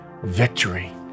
victory